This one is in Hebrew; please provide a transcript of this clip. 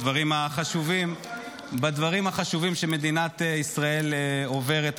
בדברים החשובים שמדינת ישראל עוברת,